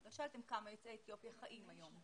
לא שאלתם כמה יוצאי אתיופיה חיים היום.